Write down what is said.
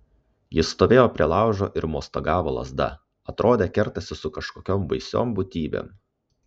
jis stovėjo prie laužo ir mostagavo lazda atrodė kertasi su kažkokiom baisiom būtybėm